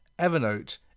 Evernote